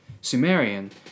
Sumerian